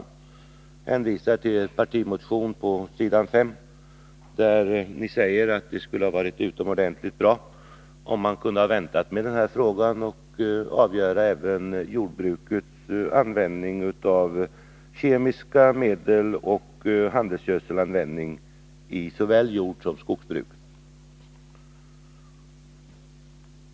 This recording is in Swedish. Jag hänvisar till deras partimotion, s. 5, där de säger att det skulle ha varit utomordentligt bra, om man hade kunnat vänta med avgörandet i den här frågan tills man kunnat avgöra även jordbrukets användning av kemiska medel och handelsgödselsanvändningen i såväl jordsom skogsbruk.